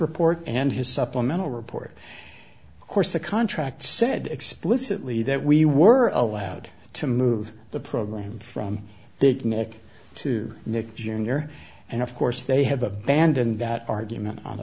report and his supplemental report of course the contract said explicitly that we were allowed to move the program from that nick to nick jr and of course they have abandoned that argument on